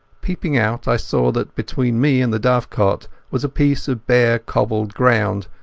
peeping out, i saw that between me and the dovecot was a piece of bare cobbled ground,